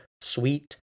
sweet